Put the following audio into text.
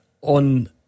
on